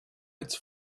its